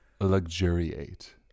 luxuriate